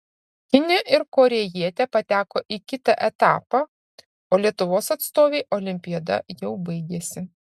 kinė ir korėjietė pateko į kitą etapą o lietuvos atstovei olimpiada jau baigėsi